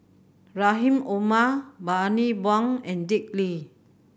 Rahim Omar Bani Buang and Dick Lee